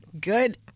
Good